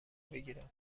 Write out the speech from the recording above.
بگیرم